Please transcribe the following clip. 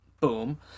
Boom